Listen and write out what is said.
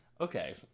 Okay